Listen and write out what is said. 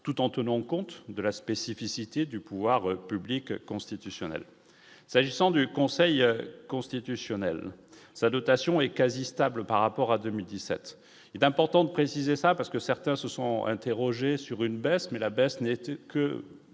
tout en tenons compte de la spécificité du pouvoir public constitutionnel s'agissant du Conseil constitutionnel sa dotation est quasi stable par rapport à 2017 et d'importantes préciser ça parce que certains se sont interrogées sur une baisse, mais la baisse n'était que